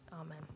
Amen